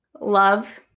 love